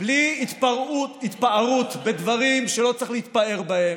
בלי התפארות בדברים שלא צריך להתפאר בהם,